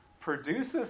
produces